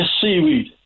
seaweed